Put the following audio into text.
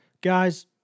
Guys